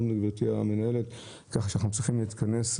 כך שאנחנו צריכים להתכנס,